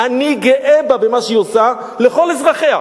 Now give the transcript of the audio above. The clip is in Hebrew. אני גאה בה במה שהיא עושה לכל אזרחיה,